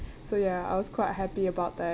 so ya I was quite happy about that